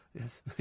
Yes